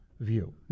view